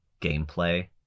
gameplay